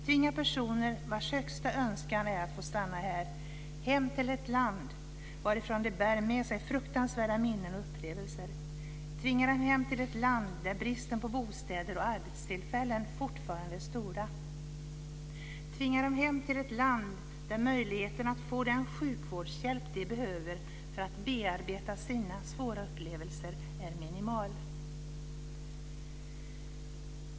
Tvinga personer vars högsta önskan är att få stanna här hem till det land varifrån de bär med sig fruktansvärda minnen och upplevelser. Tvinga dem hem till ett land där bristen på bostäder och arbetstillfällen fortfarande är stora. Tvinga dem hem till ett land där möjligheten att få den sjukvårdshjälp de behöver för att bearbeta sina svåra upplevelser är minimal.